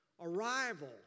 Arrival